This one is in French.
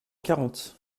quarante